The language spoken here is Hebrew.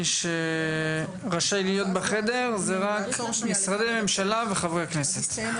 מי שרשאי להיות בחדר זה רק משרדי ממשלה וחברי כנסת.